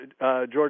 George